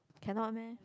cannot meh